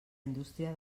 indústria